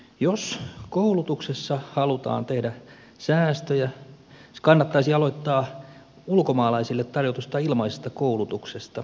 jos koulutuksessa halutaan tehdä säästöjä se kannattaisi aloittaa ulkomaalaisille tarjotusta ilmaisesta koulutuksesta